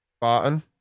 Barton